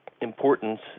importance